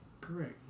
Correct